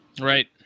Right